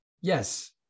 Yes